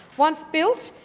once built,